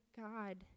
God